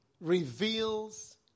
reveals